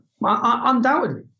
Undoubtedly